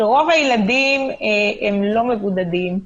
שרוב הילדים אינם מבודדים,